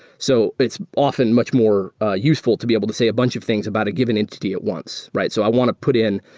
so it's often much more ah useful to be able to say a bunch of things about a given entity at once. so i want to put in,